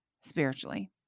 spiritually